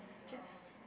just